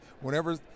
whenever